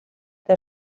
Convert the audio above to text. eta